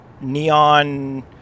neon